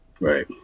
Right